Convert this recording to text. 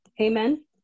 amen